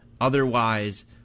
Otherwise